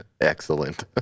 Excellent